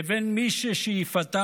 לבין מי ששאיפתם,